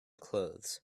clothes